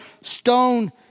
stone